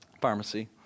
Pharmacy